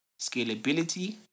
scalability